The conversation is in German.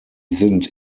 sind